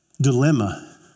dilemma